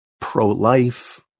pro-life